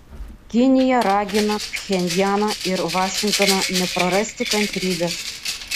kinija ragina pchenjaną ir vašingtoną neprarasti kantrybės